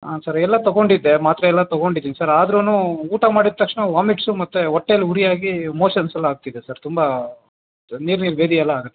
ಹಾಂ ಸರ್ ಎಲ್ಲ ತಗೊಂಡಿದ್ದೆ ಮಾತ್ರೆ ಎಲ್ಲ ತಗೊಂಡಿದ್ದೀನಿ ಸರ್ ಆದ್ರೂ ಊಟ ಮಾಡಿದ ತಕ್ಷಣ ವಾಮಿಟ್ಸು ಮತ್ತು ಹೊಟ್ಟೆಲ್ ಉರಿ ಆಗಿ ಮೋಷನ್ಸ್ ಎಲ್ಲ ಆಗ್ತಿದೆ ಸರ್ ತುಂಬ ನೀರು ನೀರು ಭೇದಿ ಎಲ್ಲ ಆಗುತ್ತಿದೆ ಸರ್